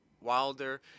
Wilder